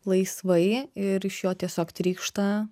laisvai ir iš jo tiesiog trykšta